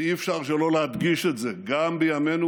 ואי-אפשר שלא להדגיש את זה גם בימינו,